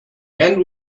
end